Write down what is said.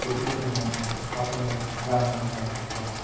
छुट्टीको समयमा आफूलाई जान मनलागेको ठाउँहरू